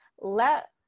let